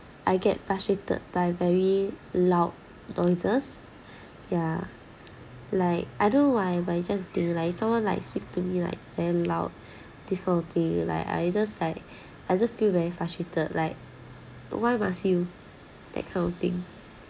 I get frustrated by very loud noises ya like I don't know why but it just do lah it's someone like speak to me like very loud this kind of thing like I just like I just feel very frustrated like why must you that kind of thing